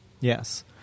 Yes